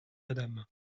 madame